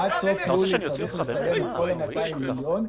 עד סוף חודש יולי צריך לסיים את כל ה-200 מיליון שקל,